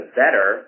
better